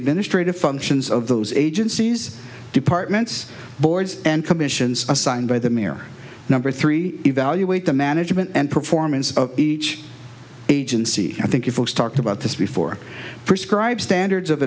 administrative functions of those agencies departments boards and commissions assigned by the mayor number three evaluate the management and performance of each agency i think you folks talked about this before prescribe standards of